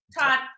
Todd